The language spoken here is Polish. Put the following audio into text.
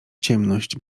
ciemność